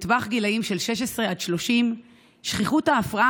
בטווח גילים שמ-16 עד 30. שכיחות ההפרעה